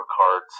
cards